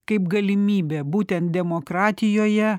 kaip galimybė būtent demokratijoje